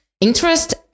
interest